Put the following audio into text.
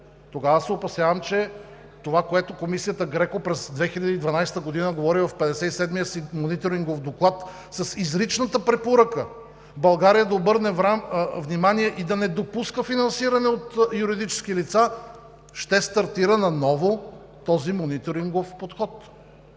Тогава се опасявам, че това, което Комисията ГРЕКО през 2012 г. говори в Петдесет и седмия си мониторингов доклад с изричната препоръка България да обърне внимание и да не допуска финансиране от юридически лица, ще стартира наново този мониторингов подход.